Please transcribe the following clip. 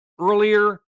earlier